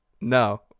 No